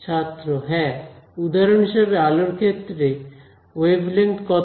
ছাত্র হ্যাঁ উদাহরণ হিসেবে আলোর ক্ষেত্রে ওয়েভলেঙ্থ কত